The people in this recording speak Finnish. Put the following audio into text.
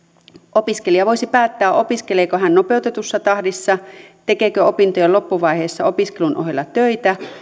opiskelija voisi päättää opiskeleeko hän nopeutetussa tahdissa tekeekö opintojen loppuvaiheessa opiskelun ohella töitä